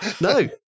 No